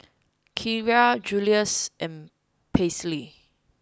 Kierra Julius and Paisley